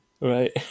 Right